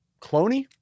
Cloney